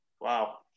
Wow